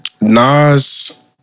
Nas